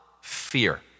fear